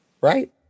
right